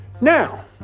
Now